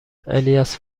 الیاس